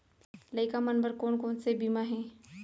लइका मन बर कोन कोन से बीमा हे?